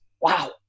wow